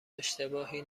اشتباهی